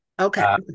Okay